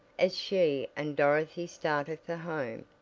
as she and dorothy started for home.